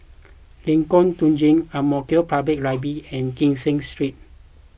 Lengkong Tujuh Ang Mo Kio Public Library and Kee Seng Street